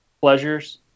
pleasures